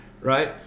right